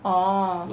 orh